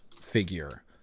figure